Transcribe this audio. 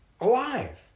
alive